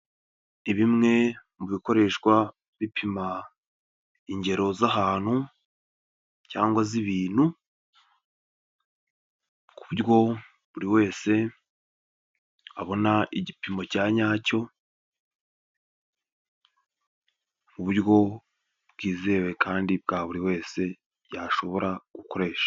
Ni bimwe mu bikoreshwa bipima ingero z'ahantu cyangwa z'ibintu ku buryo buri wese abona igipimo cya nyacyo mu buryo bwizewe kandi bwa buri wese yashobora gukoresha.